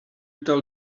tell